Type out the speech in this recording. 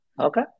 Okay